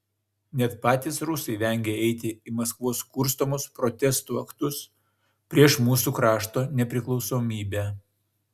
net patys rusai vengia eiti į maskvos kurstomus protestų aktus prieš mūsų krašto nepriklausomybę